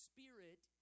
Spirit